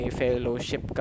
fellowship